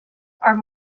are